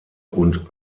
und